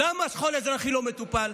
למה שכול אזרחי לא מטופל?